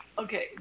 Okay